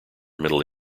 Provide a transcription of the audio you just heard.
middle